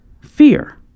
Fear